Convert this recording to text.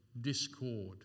discord